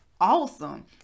awesome